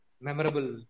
memorable